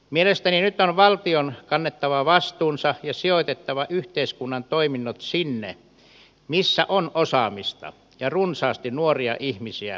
mielestäni nyt on valtion kannettava vastuunsa ja sijoitettava yhteiskunnan toiminnot sinne missä on osaamista ja runsaasti nuoria ihmisiä jäämässä työttömäksi